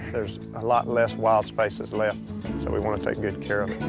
there is a lot less wild spaces left so we want to take good care of